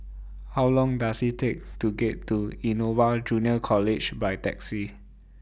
How Long Does IT Take to get to Innova Junior College By Taxi